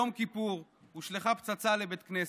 ביום כיפור הושלכה פצצה לבית כנסת,